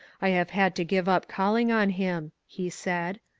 i have had to give up calling on him, he said.